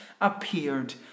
appeared